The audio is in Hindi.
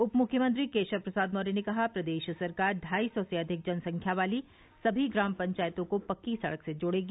उपमुख्यमंत्री केशव प्रसाद मौर्य ने कहा प्रदेश सरकार ढाई सौ से अधिक जनसंख्या वाली सभी ग्राम पंचायतों को पक्की सड़क से जोड़ेगी